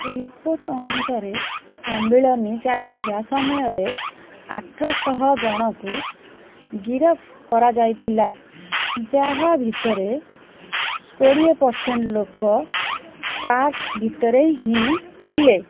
report ଅନୁସାରେ ସମ୍ମିଳନୀ ଚାଲିଥିବା ସମୟରେ ଆଠଶହ ଜଣଙ୍କୁ ଗିରଫ କରାଯାଇଥିଲା ଯାହା ଭିତରେ କୋଡ଼ିଏ ପରସେଣ୍ଟ ଲୋକ ପାର୍କ ଭିତରେ ହିଁ ଥିଲେ